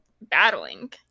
battling